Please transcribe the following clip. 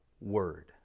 word